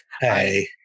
Hey